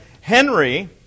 Henry